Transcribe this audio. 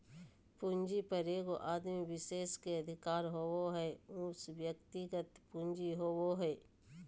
पूंजी पर एगो आदमी विशेष के अधिकार होबो हइ उ व्यक्तिगत पूंजी होबो हइ